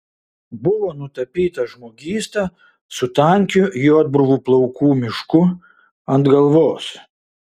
buvo nutapytas žmogysta su tankiu juodbruvų plaukų mišku ant galvos